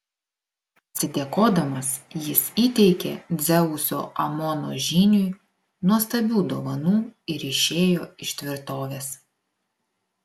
atsidėkodamas jis įteikė dzeuso amono žyniui nuostabių dovanų ir išėjo iš tvirtovės